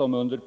Om